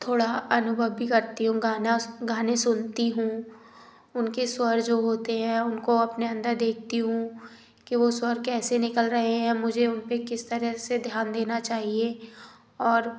थोड़ा अनुभव भी करती हूँ गाना गाने सुनती हूँ उनके स्वर जो होते हैं उनको अपने अंदर देखती हूँ कि वो स्वर कैसे निकल रहें हैं मुझे उनपे किस तरह से ध्यान देना चाहिए और